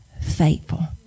faithful